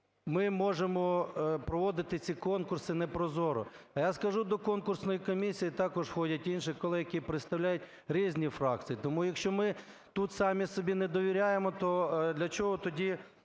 ми можемо проводити ці конкурси непрозоро. А я скажу, до конкурсної комісії також входять інші колеги, які представляють різні фракції. Тому, якщо ми тут самі собі не довіряємо, то для чого тоді